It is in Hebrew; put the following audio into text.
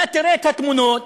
אתה תראה את התמונות,